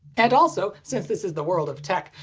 and also, since this is the world of tech,